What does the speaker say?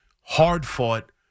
hard-fought